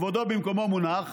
כבודו במקומו מונח,